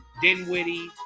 Dinwiddie